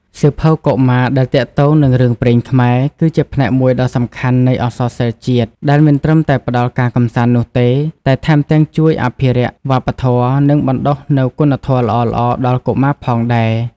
សៀវភៅកុមារដែលទាក់ទងនឹងរឿងព្រេងខ្មែរ គឺជាផ្នែកមួយដ៏សំខាន់នៃអក្សរសិល្ប៍ជាតិ ដែលមិនត្រឹមតែផ្ដល់ការកម្សាន្តនោះទេ តែថែមទាំងជួយអភិរក្សវប្បធម៌ និងបណ្ដុះនូវគុណធម៌ល្អៗដល់កុមារផងដែរ។